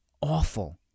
awful